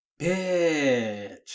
bitch